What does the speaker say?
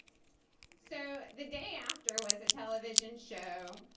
so the day after was a television show.